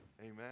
Amen